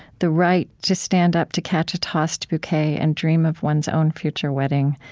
the right to stand up to catch a tossed bouquet, and dream of one's own future wedding,